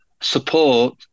support